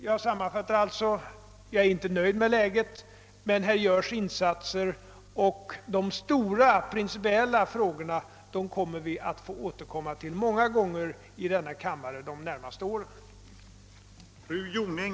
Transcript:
Som sammanfattning vill jag säga att jag inte är nöjd med läget men att det görs insatser på detta område. Till de stora principiella frågorna kommer vi att få återvända många gånger i denna kammare under de närmaste åren.